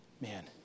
man